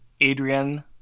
Adrian